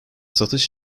satış